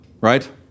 right